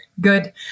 good